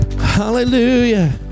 Hallelujah